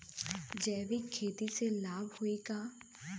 जैविक खेती से लाभ होई का?